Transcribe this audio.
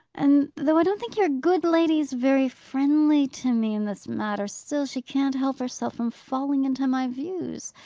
and, though i don't think your good lady's very friendly to me in this matter, still she can't help herself from falling into my views,